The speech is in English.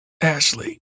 Ashley